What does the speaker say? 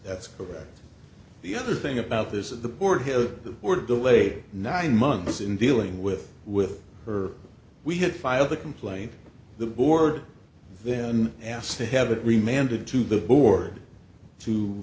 that's correct the other thing about this is the board here were delayed nine months in dealing with with her we had filed a complaint the board then asked to have it reminded to the board to